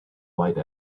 white